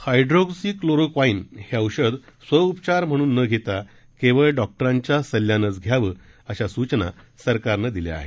hydroxy chloroquine हे औषधं स्वउपचार म्हणून न घेता केवळ डॉक्टरांच्या सल्ल्यानंच घ्यावं अशा सुचना सरकारनं दिल्या आहेत